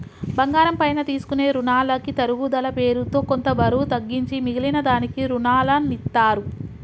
బంగారం పైన తీసుకునే రునాలకి తరుగుదల పేరుతో కొంత బరువు తగ్గించి మిగిలిన దానికి రునాలనిత్తారు